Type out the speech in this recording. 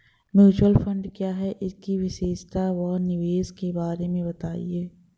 Mutual fund क्या है इसकी विशेषता व निवेश के बारे में बताइये?